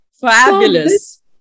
Fabulous